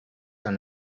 and